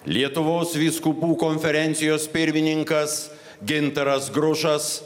lietuvos vyskupų konferencijos pirmininkas gintaras grušas